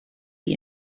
the